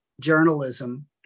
journalism